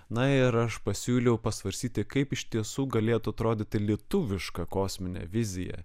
na ir aš pasiūliau pasvarstyti kaip iš tiesų galėtų atrodyti lietuviška kosminė vizija